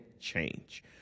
change